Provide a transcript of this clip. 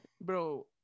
Bro